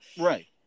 right